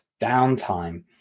downtime